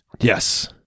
Yes